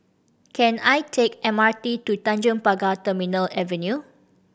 can I take M R T to Tanjong Pagar Terminal Avenue